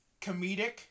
comedic